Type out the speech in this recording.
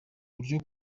buryo